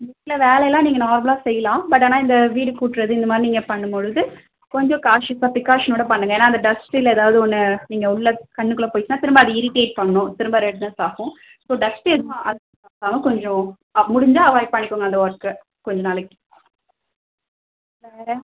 வீட்டில் வேலையெல்லாம் நீங்கள் நார்மலாக செய்யலாம் பட் ஆனால் இந்த வீடு கூட்டுறது இந்தமாதிரி நீங்கள் பண்ணும்பொழுது கொஞ்சம் கான்ஷியஸாக பிரிக்காஷனோடு பண்ணுங்கள் ஏன்னால் அந்த டஸ்ட்டில் எதாவது ஒன்று நீங்கள் உள்ளே கண்ணுக்குள்ளே போய்ட்டுனால் திரும்ப அது இரிட்டேட் பண்ணும் திரும்ப ரெட்னஸ் ஆகும் ஸோ டஸ்ட்டு எதுவும் ஆகாமல் கொஞ்சம் முடிஞ்சால் அவாய்ட் பண்ணிக்கோங்க அந்த ஒர்க்கை கொஞ்ச நாளைக்கு வேறு